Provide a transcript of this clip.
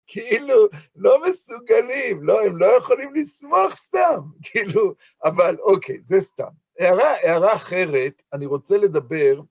כאילו, לא מסוגלים, לא, הם לא יכולים לסמוך סתם, כאילו, אבל אוקיי, זה סתם. הערה... הערה אחרת, אני רוצה לדבר...